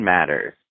Matters